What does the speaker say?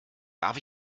darf